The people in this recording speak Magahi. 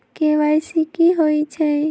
के.वाई.सी कि होई छई?